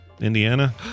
Indiana